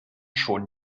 schon